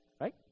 right